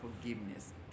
forgiveness